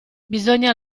bisogna